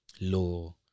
law